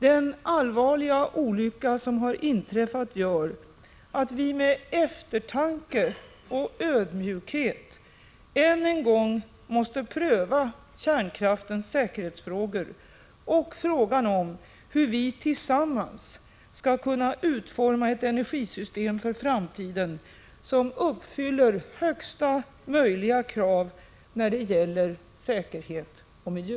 Den allvarliga olycka som har inträffat gör att vi med eftertanke och ödmjukhet än en gång måste pröva kärnkraftens säkerhetsfrågor och frågan om hur vi tillsammans skall kunna utforma ett energisystem för framtiden som uppfyller högsta möjliga krav när det gäller säkerhet och miljö.